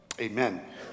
Amen